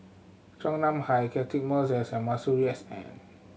Chua Nam Hai Catchick Moses and Masuri S N